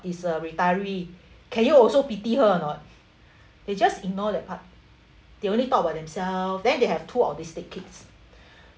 is a retiree can you also pity her or not they just ignore that part they only talk about themselves then they have two autistic kids